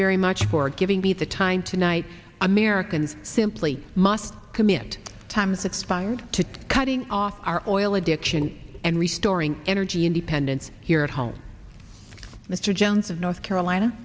very much for giving me the time tonight americans simply must commit times expired to cutting off our oil addiction and restoring energy independence here at home mr jones of north carolina